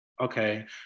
okay